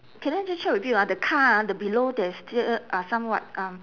can I just check with you ah the car ah the below there's ju~ uh some what um